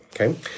Okay